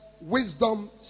wisdom